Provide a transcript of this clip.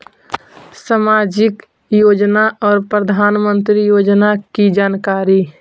समाजिक योजना और प्रधानमंत्री योजना की जानकारी?